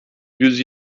yüz